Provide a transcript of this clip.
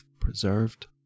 preserved